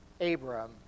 Abram